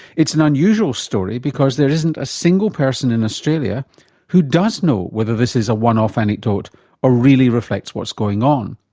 it's an unusual story because there isn't a single person in australia who does know whether this is a one-off anecdote or really reflects what's going on,